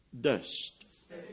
dust